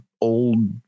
old